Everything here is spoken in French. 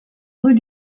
rue